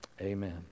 amen